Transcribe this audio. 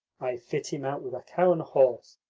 i fit him out with a cow and a horse.